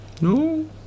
No